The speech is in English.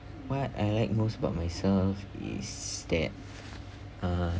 what I like most about myself is that uh